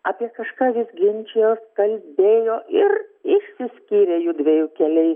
apie kažką vis ginčijos kalbėjo ir išsiskyrė jųdviejų keliai